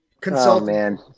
Consultant